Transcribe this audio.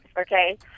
okay